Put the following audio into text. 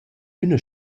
üna